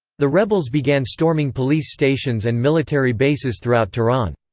the rebels began storming police stations and military bases throughout tehran.